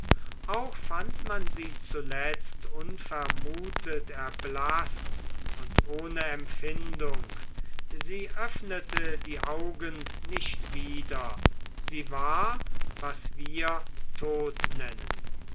auch fand man sie zuletzt unvermutet erblaßt und ohne empfindung sie öffnete die augen nicht wieder sie war was wir tot nennen